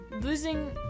losing